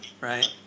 right